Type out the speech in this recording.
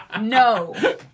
No